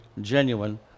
genuine